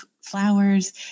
flowers